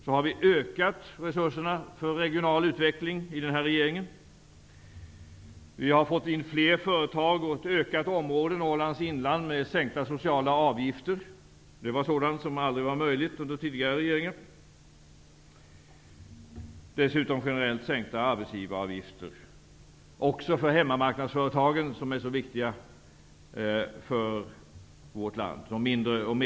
Vi har fått in fler företag där och utökat det område i Norrlands inland som har sänkta sociala avgifter. Sådant var aldrig möjligt under tidigare regeringar. Dessutom har vi genomfört generella sänkningar av arbetsgivaravgifter, också för de mindre och medelstora hemmamarknadsföretagen, som är så viktiga för vårt land.